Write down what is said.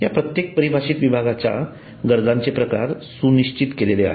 या प्रत्येक परिभाषित विभागाच्या गरजांचे प्रकार सुनिश्चित केलेले आहेत